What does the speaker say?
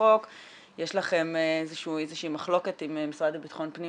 החוק יש לכם איזושהי מחלוקת עם המשרד לביטחון פנים